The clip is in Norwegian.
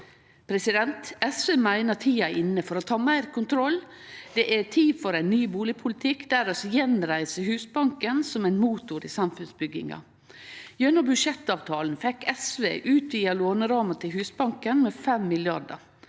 SV meiner tida er inne for å ta meir kontroll. Det er tid for ein ny bustadpolitikk der vi gjenreiser Husbanken som ein motor i samfunnsbygginga. Gjennom budsjettavtalen fekk SV utvida låneramma til Husbanken med 5 mrd.